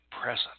present